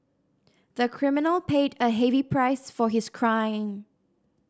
the criminal paid a heavy price for his crime